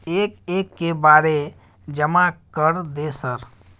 एक एक के बारे जमा कर दे सर?